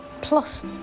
plus